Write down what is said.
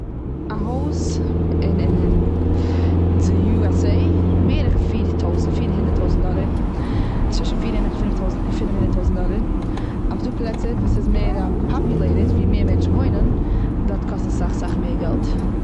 א הויז און, און די יו עס עי בערך פיר ט- פיר הונדערט טויזנט דאלער. צווישן פיר הי- און פינעף טוי- און פינעף הונדערט טויזנט דאלער. אבער ס'דא פלעצער וואס איז מער פאפולעטעד ווי מער מענטשן וואוינען, דארט קאסט עס סאך, סאך, מער געלט.